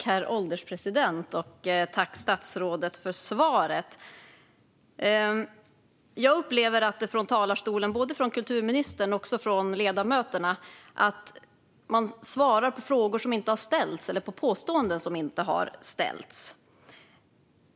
Herr ålderspresident! Tack, statsrådet, för svaret! Jag upplever att både kulturministern och ledamöterna svarar på frågor som inte har ställts och påståenden som inte har gjorts.